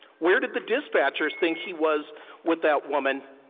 where did the dispatchers think he was with that woman?